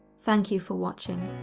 thank you for watching.